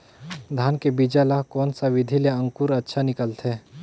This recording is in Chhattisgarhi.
धान के बीजा ला कोन सा विधि ले अंकुर अच्छा निकलथे?